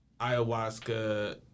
ayahuasca